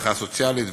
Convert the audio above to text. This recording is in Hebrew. תמיכה סוציאלית ועוד.